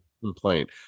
complaint